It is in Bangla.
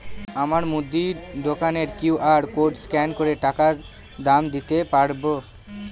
আমার মুদি দোকানের কিউ.আর কোড স্ক্যান করে টাকা দাম দিতে পারব?